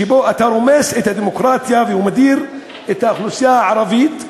שבו אתה רומס את הדמוקרטיה ומדיר את האוכלוסייה הערבית.